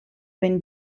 been